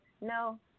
no